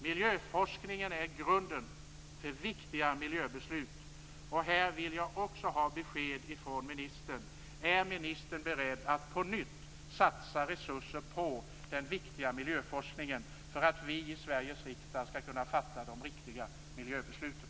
Miljöforskningen är grunden till viktiga miljöbeslut. Här vill jag också ha besked från miljöministern. Är ministern beredd att på nytt satsa resurser på den viktiga miljöforskningen för att vi i Sveriges riksdag skall kunna fatta de riktiga miljöbesluten?